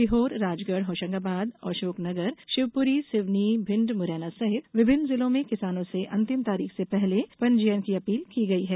सीहोर राजगढ़ होशंगाबाद अशोकनगर शिवप्री सिवनी भिण्ड मुरैना सहित विभिन्न जिलों में किसानों से अंतिम तारीख से पहले पंजीयन की अपील की गई है